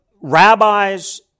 rabbis